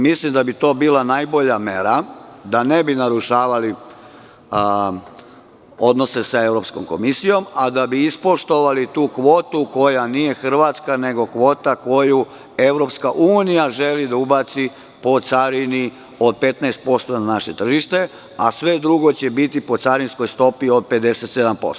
Mislim da bi to bila najbolja mera, da ne bi narušavali odnose sa Evropskom komisijom, a da bi ispoštovali tu kvotu koja nije Hrvatska, nego kvota koju EU želi da ubaci po carini od 15% na naše tržište, a sve drugo će biti po carinskoj stopi od 57%